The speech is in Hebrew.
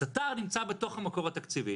התט"ר נמצא בתוך המקור התקציבי